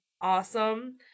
awesome